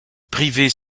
privés